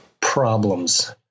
problems